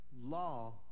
law